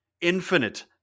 infinite